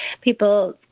people